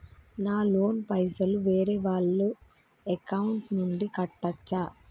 నా లోన్ పైసలు వేరే వాళ్ల అకౌంట్ నుండి కట్టచ్చా?